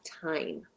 time